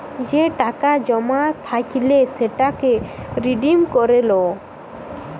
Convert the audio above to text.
যে টাকা জমা থাইকলে সেটাকে রিডিম করে লো